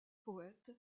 poète